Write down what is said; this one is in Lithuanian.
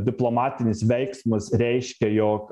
diplomatinis veiksmas reiškia jog